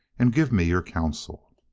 and give me your counsel